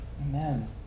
amen